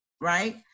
right